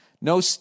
No